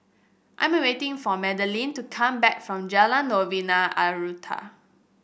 I'm waiting for Madilynn to come back from Jalan Novena Utara